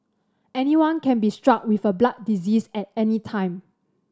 anyone can be struck with a blood disease at any time